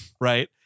right